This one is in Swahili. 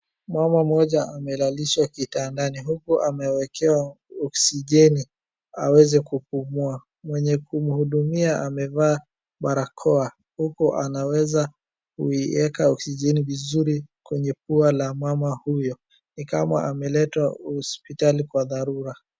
Mama mmoja amelalishwa kitandani huku amewekewa oksijeni aweze kupumua, mwenye kumhudumia amevaa barakoa huku anaweza kuiweka oksijeni vizuri kwenye pua la mama huyo ni kama ameletwa hospitali kwa dharura.